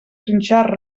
trinxar